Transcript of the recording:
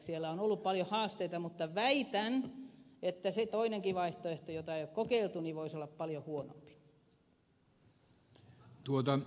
siellä on ollut paljon haasteita mutta väitän että se toinen vaihtoehto jota ei ole kokeiltu voisi olla paljon huonompi